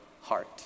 heart